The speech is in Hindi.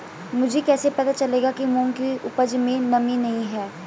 मुझे कैसे पता चलेगा कि मूंग की उपज में नमी नहीं है?